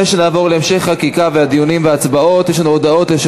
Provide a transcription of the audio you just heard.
הרווחה והבריאות נתקבלה.